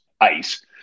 ice